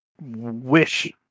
wish